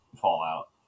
Fallout